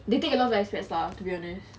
they take a lot of aspect to be honest